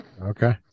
Okay